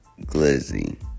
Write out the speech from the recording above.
Glizzy